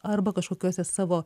arba kažkokiuose savo